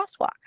crosswalk